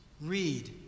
read